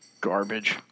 Garbage